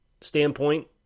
standpoint